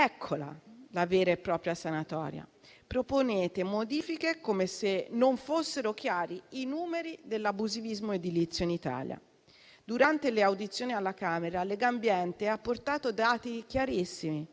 Eccola la vera e propria sanatoria. Proponete modifiche come se non fossero chiari i numeri dell'abusivismo edilizio in Italia. Durante le audizioni alla Camera Legambiente ha portato dati chiarissimi: